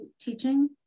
teaching